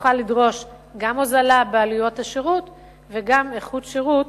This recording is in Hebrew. ונוכל לדרוש גם הוזלה בעלויות השירות וגם איכות שירות